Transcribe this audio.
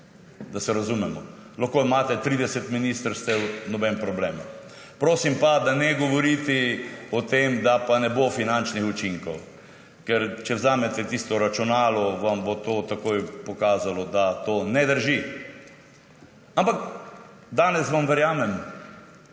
da se razumemo. Lahko imate 30 ministrstev, nobenega problema. Prosim, ne pa govoriti o tem, da ne bo finančnih učinkov. Ker če vzamete tisto računalo, vam bo to takoj pokazalo, da to ne drži. Ampak danes vam verjamem,